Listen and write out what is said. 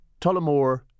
Tullamore